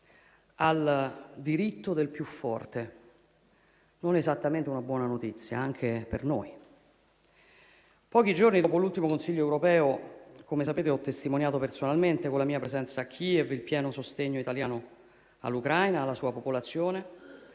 il diritto del più forte: non esattamente una buona notizia, neanche per noi. Pochi giorni dopo l'ultimo Consiglio europeo, come sapete, ho testimoniato personalmente, con la mia presenza a Kiev, il pieno sostegno italiano all'Ucraina e alla sua popolazione,